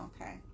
Okay